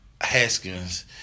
Haskins